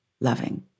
loving